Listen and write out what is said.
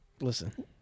Listen